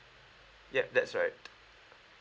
ya that's right